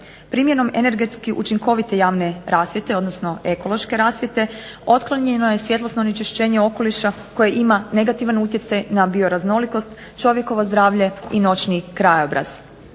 Primjenom energetski učinkovite javne rasvjete, odnosno ekološke rasvjete otklonjeno je svjetlosno onečišćenje okoliša koje ima negativan utjecaj na bioraznolikost, čovjekovo zdravlje i noćni krajobraz.